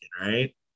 right